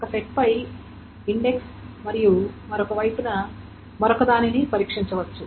ఒక సెట్ పై ఇండెక్స్ మరియు మరొక వైపున మరొక దానిని పరీక్షించవచ్చు